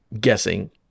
guessing